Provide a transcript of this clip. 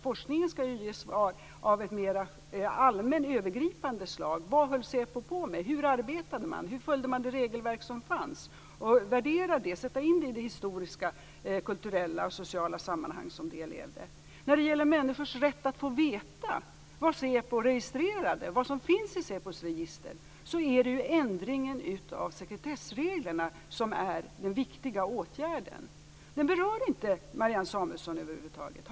Forskningen skall ge svar av ett mer allmänt, övergripande slag: Vad höll säpo på med? Hur arbetade man? Hur följde man det regelverk som fanns? Man skall värdera detta och sätta in det i det historiska, kulturella och sociala sammanhanget. När det gäller människors rätt att få veta vad säpo registrerade, vad som finns i säpos register, är det ju ändringen av sekretessreglerna som är den viktiga åtgärden. Den berör inte Marianne Samuelsson över huvud taget.